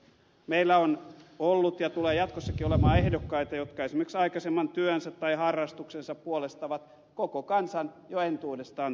meillä on ollut ja tulee jatkossakin olemaan ehdokkaita jotka esimerkiksi aikaisemman työnsä tai harrastuksensa puolesta ovat koko kansan jo entuudestaan tuntemia henkilöitä